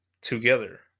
together